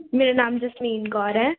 ਮੇਰਾ ਨਾਮ ਜਸਮੀਨ ਕੌਰ ਹੈ